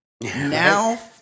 now